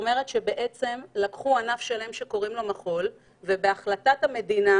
לקחו ענף שלם שקוראים לו מחול בהחלטה של המדינה,